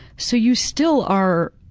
so you still are